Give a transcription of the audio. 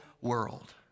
world